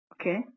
Okay